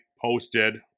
posted